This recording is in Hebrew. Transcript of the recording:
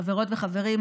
חברות וחברים,